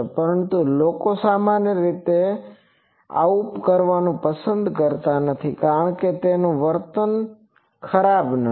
પરંતુ લોકો સામાન્ય રીતે સમાન કરવું પસંદ કરે છે કારણ કે મને તેનું વર્તન ખબર નથી